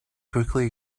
quickly